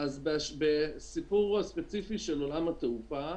בסיפור הספציפי של עולם התעופה,